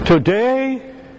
Today